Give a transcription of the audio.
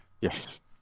Yes